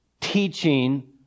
teaching